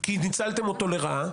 כי ניצלתם אותו לרעה,